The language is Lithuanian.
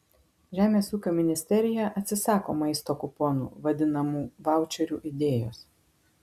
žemės ūkio ministerija atsisako maisto kuponų vadinamų vaučerių idėjos